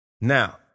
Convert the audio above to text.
Now